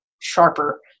sharper